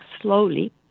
slowly